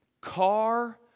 car